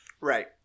Right